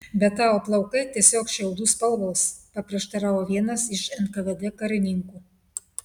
bet tavo plaukai tiesiog šiaudų spalvos paprieštaravo vienas iš nkvd karininkų